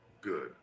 good